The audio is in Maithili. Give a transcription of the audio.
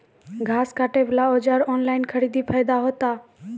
घास काटे बला औजार ऑनलाइन खरीदी फायदा होता?